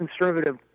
conservative